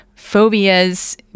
phobias